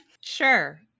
Sure